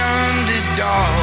underdog